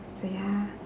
so ya